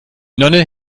nonne